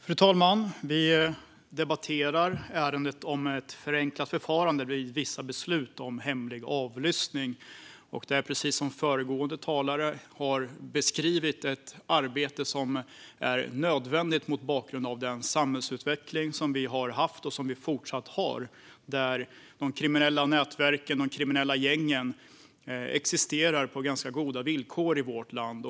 Fru talman! Vi debatterar ärendet om ett förenklat förfarande vid vissa beslut om hemlig avlyssning. Precis som föregående talare beskrev det är detta ett arbete som är nödvändigt mot bakgrund av den samhällsutveckling som vi har haft och som vi fortfarande har. De kriminella nätverken och gängen existerar på ganska goda villkor i vårt land.